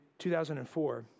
2004